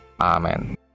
Amen